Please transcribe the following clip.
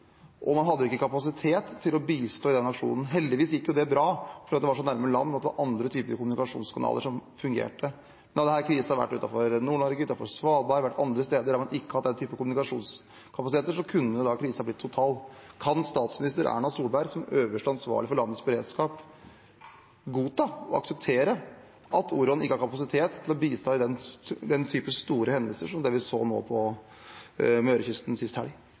og man hadde ikke kapasitet til å bistå i den aksjonen. Heldigvis gikk det bra, for det var så nær land at det var andre typer kommunikasjonskanaler som fungerte. Hadde denne krisen vært utenfor Nord-Norge, Svalbard eller andre steder der man ikke har den typen kommunikasjonskapasiteter, kunne krisen blitt total. Kan statsminister Erna Solberg, som den øverste ansvarlige for landets beredskap, godta og akseptere at Orion-flyene ikke har kapasitet til å bistå i den typen store hendelser som vi så på mørekysten sist